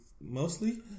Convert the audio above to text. mostly